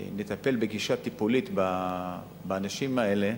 נטפל בגישה טיפולית באנשים האלה,